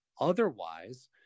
Otherwise